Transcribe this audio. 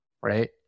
right